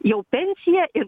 jau pensiją ir